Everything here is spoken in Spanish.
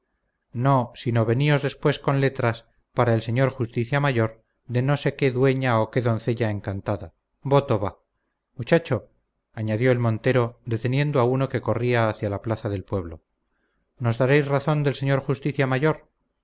sacristán no sino veníos después con letras para el señor justicia mayor de no sé qué dueña o qué doncella encantada voto va muchacho añadió el montero deteniendo a uno que corría hacia la plaza del pueblo nos daréis razón del señor justicia mayor